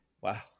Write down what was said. Wow